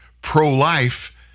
pro-life